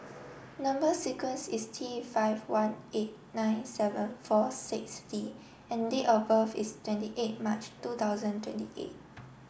number sequence is T five one eight nine seven four six D and date of birth is twenty eight March two thousand twenty eight